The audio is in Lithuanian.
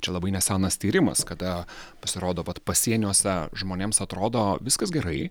čia labai nesenas tyrimas kada pasirodo kad pasieniuose žmonėms atrodo viskas gerai